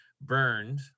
burned